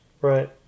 Right